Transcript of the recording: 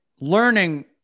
learning